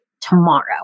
tomorrow